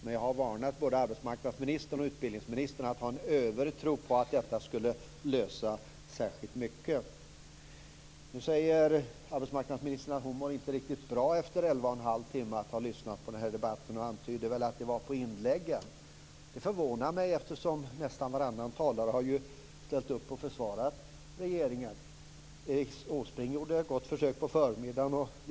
Men jag har varnat både arbetsmarknadsministern och utbildningsministern att ha en övertro på att detta skall lösa särskilt många problem. Nu säger arbetsmarknadsministern att hon inte mår riktigt bra efter att ha lyssnat på denna debatt i 11 1⁄2 timmar. Hon antydde väl att det är inläggen. Det förvånar mig, eftersom nästan varannan talare har försvarat regeringen. Erik Åsbrink gjorde ett gott försök på förmiddagen.